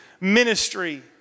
ministry